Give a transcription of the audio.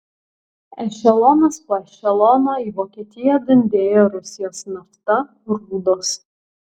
ešelonas po ešelono į vokietiją dundėjo rusijos nafta rūdos